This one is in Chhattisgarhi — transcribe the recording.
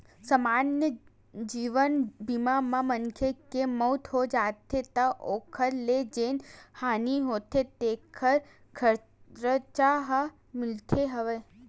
समान्य जीवन बीमा म मनखे के मउत हो जाथे त ओखर ले जेन हानि होथे तेखर खरचा ह मिलथ हव